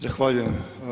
Zahvaljujem.